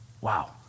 Wow